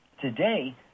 Today